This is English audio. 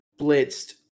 blitzed